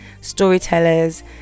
storytellers